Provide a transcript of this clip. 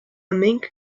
mink